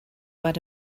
but